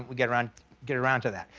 we'll get around get around to that.